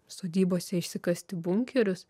sodybose išsikasti bunkerius